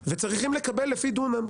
והם צריכים לקבל לפי דונם,